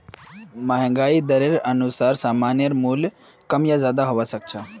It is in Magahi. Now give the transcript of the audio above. महंगाई दरेर अनुसार सामानेर मूल्य कम या ज्यादा हबा सख छ